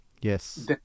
Yes